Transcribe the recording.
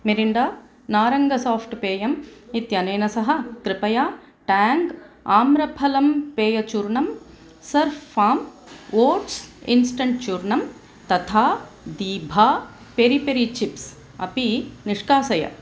Mirinda नारङ्ग soft पेयम् इत्यनेन सह कृपया टाङ्ग् आम्रफलम् पेयचूर्णम् स्लर्फ़् फ़ाम् ओट्स् इन्स्टण्ट् चूर्णम् तथा दीभा पेरि पेरि चिप्स् अपि निष्कासय